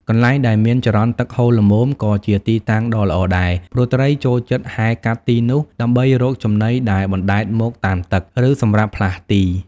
កន្លែងដែលមានចរន្តទឹកហូរល្មមក៏ជាទីតាំងដ៏ល្អដែរ ព្រោះត្រីចូលចិត្តហែលកាត់ទីនោះដើម្បីរកចំណីដែលបណ្តែតមកតាមទឹក ឬសម្រាប់ផ្លាស់ទី។